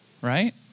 Right